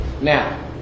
Now